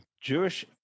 jewish